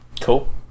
Cool